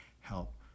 help